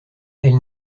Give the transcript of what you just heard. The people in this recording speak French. elle